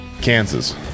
Kansas